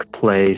place